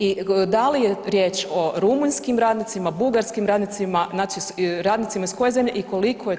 I da li je riječ u rumunjskim radnicima, bugarskim radnicima, znači radnicima iz koje zemlje i koliko je to